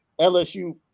LSU